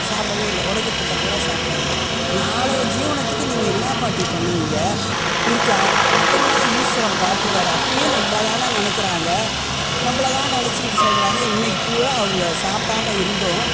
சாப்பிடவே இல்லை உடஞ்ச புட்டைப் பூராக சாப்பிட்டாங்க நாளைய ஜீவனத்துக்கு நீங்கள் என்ன பாட்டி பண்ணுவிங்கள் இருக்கான்னு எல்லாம் ஈஸ்வரன் பார்த்துக்குவாரு அப்போயும் நம்மள தானே நினைக்கிறாங்க நம்மள தான் நினச்சிக்கிட்டு சொல்கிறாங்க இன்னைக்குப் பூராக அவங்க சாப்பிடாம இருந்தும்